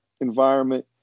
environment